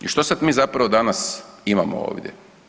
I što sad mi zapravo danas imamo ovdje?